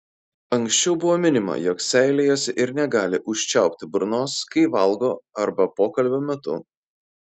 anksčiau buvo minima jog seilėjasi ir negali užčiaupti burnos kai valgo arba pokalbio metu